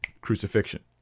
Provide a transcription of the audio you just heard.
crucifixion